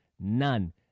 none